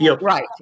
Right